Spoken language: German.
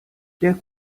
der